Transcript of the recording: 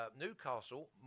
Newcastle